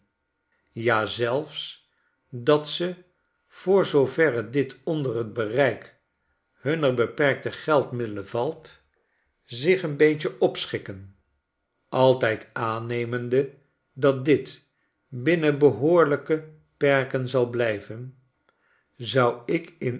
ja zelfs dat ze voor zooverre dit onder t bereik hunner beperkte geldmiddelen valt zich een beetje opschikken altijd aannemende dat dit binnen behoorlijke perken zal blijven zou ik in